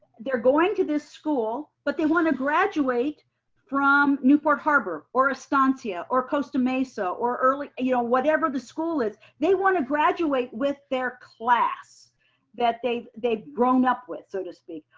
they're going to this school, but they wanna graduate from newport harbor or estancia or costa mesa or you know whatever the school is. they wanna graduate with their class that they've they've grown up with so to speak.